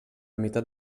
meitat